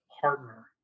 partner